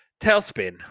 Tailspin